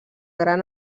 gran